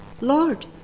Lord